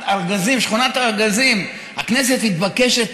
הארגזים, שכונת הארגזים, הכנסת מתבקשת.